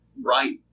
Right